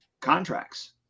contracts